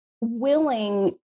willing